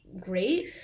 great